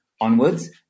onwards